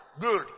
Good